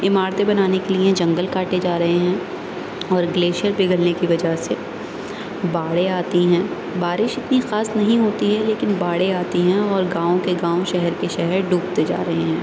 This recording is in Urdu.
عمارتیں بنانے کے لیے جنگل کاٹے جا رہے ہیں اور گلیشیر پگھلنے کی وجہ سے باڑھے آتی ہیں بارش اتنی خاص نہیں ہوتی ہے لیكن باڑھیں آتی ہیں اور گاؤں كے گاؤں شہر كے شہر ڈوبتے جا رہے ہیں